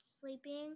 sleeping